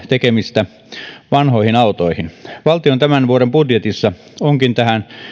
tekemistä vanhoihin autoihin valtion tämän vuoden budjetissa onkin tähän